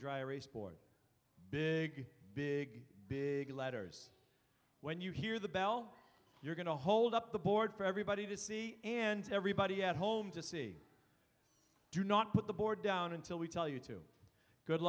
dry erase board big big big letters when you hear the bell you're going to hold up the board for everybody to see and everybody at home to see do not put the board down until we tell you to good